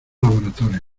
laboratorio